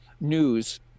news